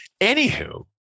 Anywho